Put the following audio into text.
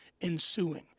ensuing